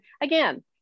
again